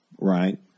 right